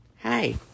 hi